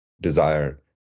desire